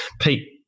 Pete